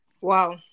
wow